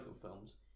films